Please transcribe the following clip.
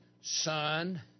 son